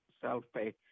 self-pay